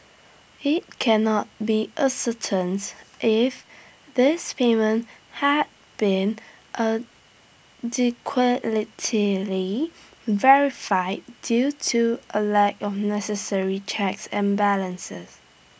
IT can not be ascertained if these payments had been verified due to A lack of necessary checks and balances